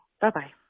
Bye-bye